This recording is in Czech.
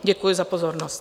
Děkuji za pozornost.